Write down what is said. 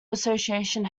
association